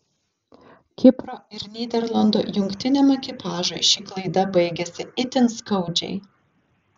kipro ir nyderlandų jungtiniam ekipažui ši klaida baigėsi itin skaudžiai